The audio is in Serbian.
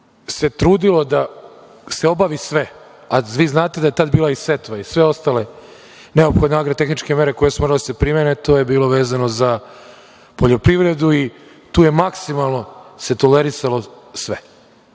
se trudilo da se obavi sve, a vi znate da je tada bila setva i sve ostale neophodne agrotehičke mere, to je bilo vezano za poljoprivredu i tu se maksimalno tolerisalo sve.